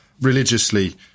religiously